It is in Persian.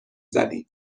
زدین